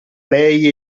lei